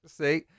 See